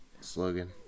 slogan